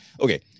okay